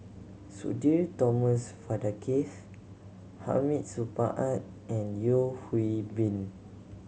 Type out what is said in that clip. Sudhir Thomas Vadaketh Hamid Supaat and Yeo Hwee Bin